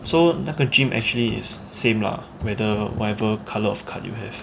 so 那个 gym actually is same lah whether whatever colour of card you have